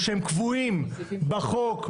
שהם קבועים בחוק,